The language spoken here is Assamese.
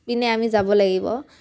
পিনে আমি যাব লাগিব